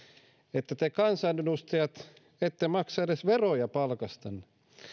että te kansanedustajat ette maksa edes veroja palkastanne